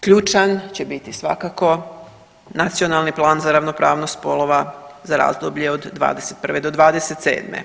Ključan će biti svakako Nacionalni plan za ravnopravnost spolova za razdoblje od '21. do '27.